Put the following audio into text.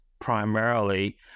primarily